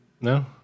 no